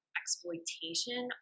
exploitation